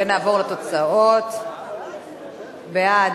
ונעבור לתוצאות: בעד,